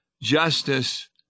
Justice